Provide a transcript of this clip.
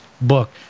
book